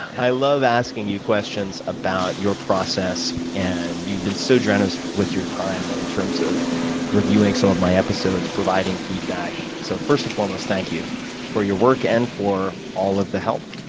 i love asking you questions about your process and you've been so generous with your time in terms of reviewing some of my episodes, providing feedback. so first and foremost, thank you for your work and for all of the help.